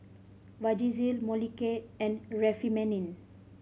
Vagisil Molicare and Remifemin